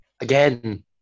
Again